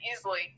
easily